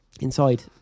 Inside